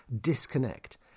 disconnect